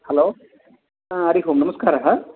hello हरिः ओं नमस्कारः